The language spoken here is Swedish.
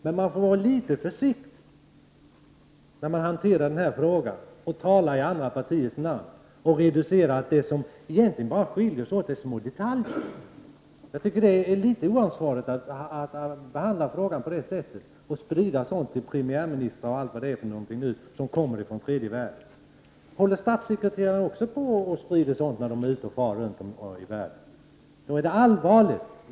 Men man får vara litet försiktig med att tala i andra partiers namn när man hanterar den här frågan och reducerar skillnaden till små detaljer. Det är litet oansvarigt att behandla frågan på det sättet och sprida sådant till premiärministrar från tredje världen. Sprider också statssekreterare sådant när de är ute och far runt i världen? Då är det allvarligt.